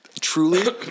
truly